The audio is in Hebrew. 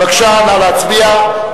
בבקשה, נא להצביע.